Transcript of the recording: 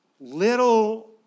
Little